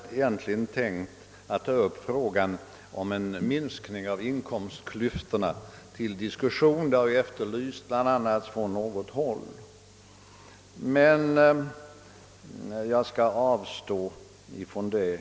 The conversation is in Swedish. Jag hade egentligen, herr talman, tänkt att ta upp frågan om en minskning av inkomstklyftorna till diskussion — detta har efterlysts från något håll — men jag skall avstå från det.